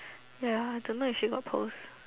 ya I don't know if she got post